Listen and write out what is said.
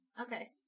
Okay